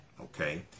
okay